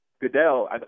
Goodell